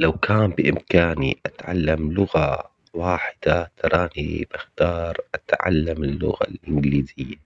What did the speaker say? لو كان بامكاني اتعلم لغة واحدة ترى هي بختار اتعلم اللغة الانجليزية.